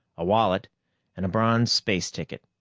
a wallet and a bronze space ticket.